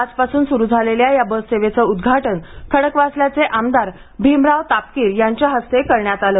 आजपासून सुरू झालेल्या बससेवेचे उद्घाटन खडकवासल्याचे आमदार भीमराव तापकीर यांच्या हस्ते करण्यात आले